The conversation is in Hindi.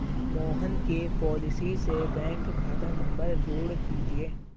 मोहन के पॉलिसी से बैंक खाता नंबर जोड़ दीजिए